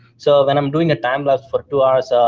so when i'm doing a time lapse for two hours, ah